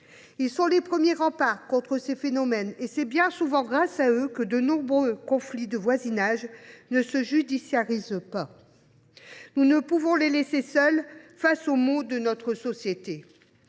Ils constituent le premier rempart contre ces phénomènes, et c’est bien souvent grâce à eux que de nombreux conflits de voisinage ne se judiciarisent pas. Nous ne pouvons les laisser seuls face aux maux de notre société.